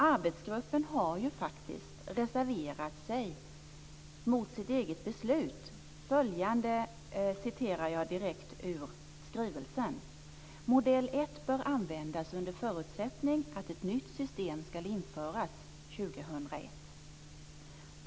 Arbetsgruppen har faktiskt reserverat sig mot sitt eget beslut. Följande läser jag direkt ur skrivelsen: Modell ett bör användas under förutsättning att ett nytt system ska införas 2001.